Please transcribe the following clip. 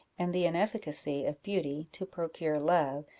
and the inefficacy of beauty to procure love,